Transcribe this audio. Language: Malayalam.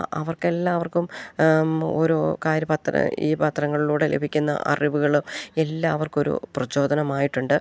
അവർക്കെല്ലാവർക്കും ഓരോ കാര്പത്രം ഈ പാത്രങ്ങളൂടെ ലഭിക്കുന്ന അറിവുകളും എല്ലാവർക്കൊരു പ്രചോദനമായിട്ടുണ്ട്